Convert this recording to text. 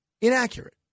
inaccurate